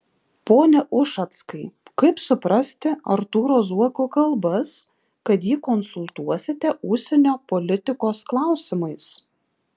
pone ušackai kaip suprasti artūro zuoko kalbas kad jį konsultuosite užsienio politikos klausimais